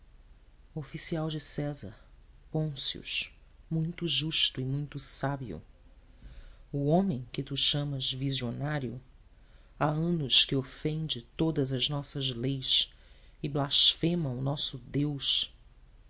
oficial de césar pôncio muito justo e muito sábio o homem que tu chamas visionário há anos que ofende todas as nossas leis e blasfema o nosso deus